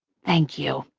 thank you.